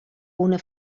una